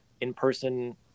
in-person